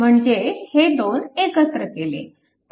म्हणजे हे दोन एकत्र केले